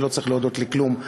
ולא צריך להודות לי כלום,